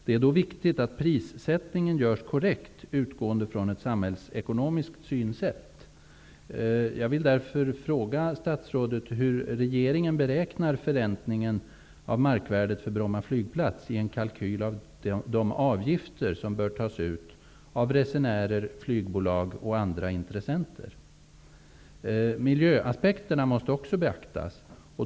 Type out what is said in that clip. Det är då viktigt att prissättningen görs korrekt, utgående från ett samhällsekonomiskt synsätt. Också miljöaspekterna måste beaktas.